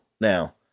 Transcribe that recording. now